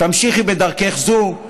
תמשיכי בדרכך זו.